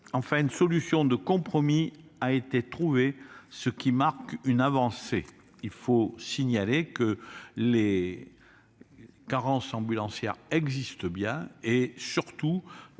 Enfin, une solution de compromis a été trouvée, ce qui marque une avancée. Il faut le dire, les carences ambulancières existent bel et bien,